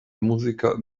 musiker